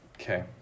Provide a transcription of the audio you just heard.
Okay